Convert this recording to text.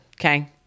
okay